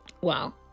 Wow